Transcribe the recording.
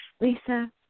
Lisa